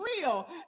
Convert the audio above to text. real